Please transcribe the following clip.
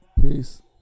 Peace